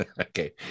Okay